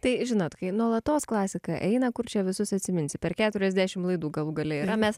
tai žinot kai nuolatos klasika eina kur čia visus atsiminsi per keturiasdešim laidų galų gale yra mes